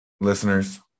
listeners